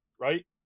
right